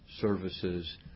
services